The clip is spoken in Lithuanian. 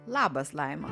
labas laima